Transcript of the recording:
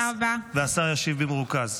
השר ישיב במרוכז.